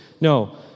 No